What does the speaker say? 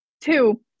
Two